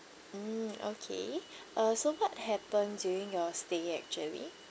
mm okay uh so what happens during your stay actually